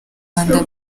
rwanda